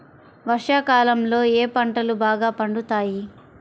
వర్షాకాలంలో ఏ పంటలు బాగా పండుతాయి?